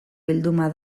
bilduma